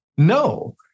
No